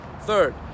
third